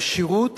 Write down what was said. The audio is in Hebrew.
ושירות